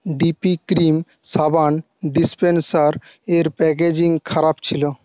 DP cream সাবান ডিস্পেন্সারের packaging খারাপ ছিলো